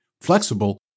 flexible